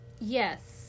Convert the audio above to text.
Yes